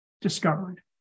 discovered